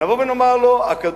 נבוא ונאמר: לא,